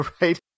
right